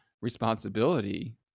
responsibility